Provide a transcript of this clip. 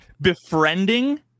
befriending